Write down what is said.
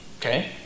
okay